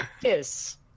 Yes